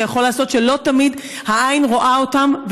יכול לעשות שלא תמיד העין רואה אותם,